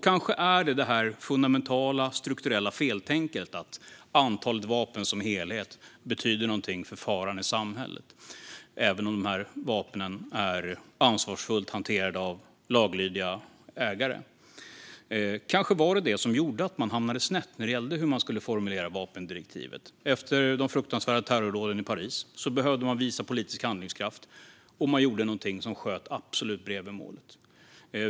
Kanske handlar det om det fundamentala och strukturella feltänket att antalet vapen ökar faran i samhället - även om dessa vapen är ansvarsfullt hanterade av laglydiga ägare. Kanske var det detta som gjorde att man hamnade snett när man skulle formulera vapendirektivet. Efter de fruktansvärda terrordåden i Paris behövde man visa politisk handlingskraft, och man gjorde något som sköt helt bredvid målet.